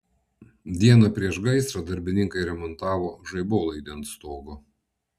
dieną prieš gaisrą darbininkai remontavo žaibolaidį ant stogo